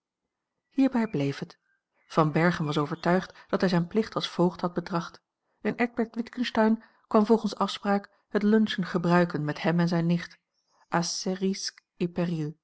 hierbij bleef het van berchem was overtuigd dat hij zijn plicht als voogd had betracht en eckbert witgensteyn kwam volgens afspraak het luncheon gebruiken met hem en zijne nicht